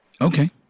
Okay